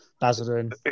Basildon